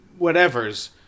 whatevers